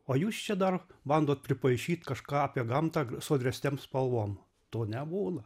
o jūs čia dar bandot pripaišyt kažką apie gamtą sodresniam spalvom to nebūna